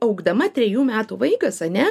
augdama trejų metų vaikas ane